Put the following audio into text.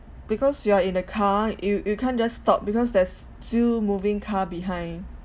because you are in a car you you can't just stop because there's still moving car behind